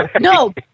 no